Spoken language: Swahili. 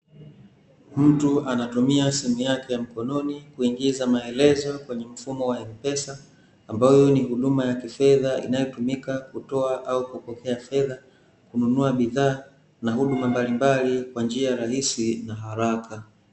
Mtu anatumia simu yake ya mkononi kuingiza maelezo kwenye mfumo wa mpesa, ambayo ni huduma ya kifedha inayotumika kutoa au kupokea fedha, kununua bidhaa na huduma mbalimbali kwa njia rahisi na haraka.